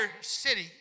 city